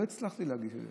לא הצלחתי להגיש את זה.